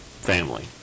family